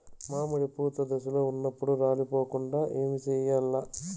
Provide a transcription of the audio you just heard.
మామిడి పూత దశలో ఉన్నప్పుడు రాలిపోకుండ ఏమిచేయాల్ల?